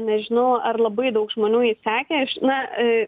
nežinau ar labai daug žmonių jį sekė aš na